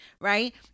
Right